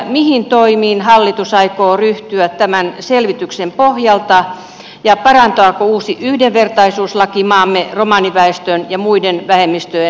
mihin toimiin hallitus aikoo ryhtyä tämän selvityksen pohjalta ja parantaako uusi yhdenvertaisuuslaki maamme romaniväestön ja muiden vähemmistöjen asemaa